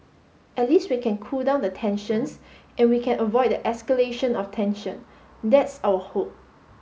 at least we can cool down the tensions and we can avoid the escalation of tension that's our hope